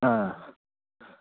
ꯑꯥ